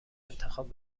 انتخاب